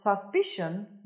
suspicion